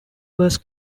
was